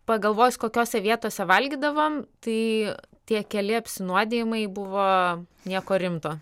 pagalvojus kokiose vietose valgydavom tai tie keli apsinuodijimai buvo nieko rimto